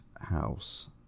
House